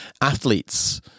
athletes